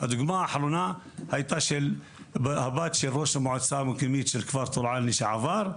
הדוגמה האחרונה הייתה של הבת של ראש המועצה המקומית של כפר טורען לשעבר,